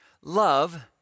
Love